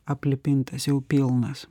aplipintas jau pilnas